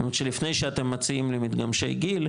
זאת אומרת שלפני שאתם מציעים למתגמשי גיל,